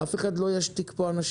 אף אחד לא ישתיק אנשים.